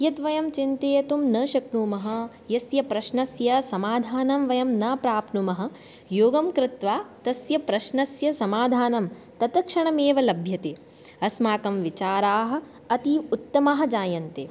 यद्वयं चिन्तयितुं न शक्नुमः यस्य प्रश्नस्य समाधानं वयं न प्राप्नुमः योगं कृत्वा तस्य प्रश्नस्य समाधानं तत् क्षणमेव लभ्यते अस्माकं विचाराः अति उत्तमाः जायन्ते